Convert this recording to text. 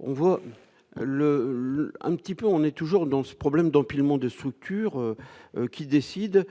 on voit le la, un petit peu, on est toujours dans ce problème d'empilement de structures qui décide